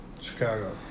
Chicago